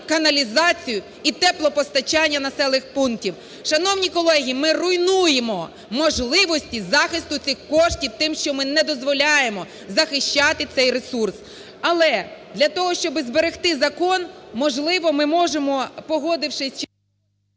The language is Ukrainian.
каналізацію і теплопостачання населених пунктів. Шановні колеги, ми руйнуємо можливості захисту цих коштів тим, що ми не дозволяємо захищати цей ресурс. Але для того, щоб зберегти закон, можливо, ми можемо, погодившись…